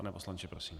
Pan poslanče, prosím.